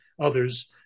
others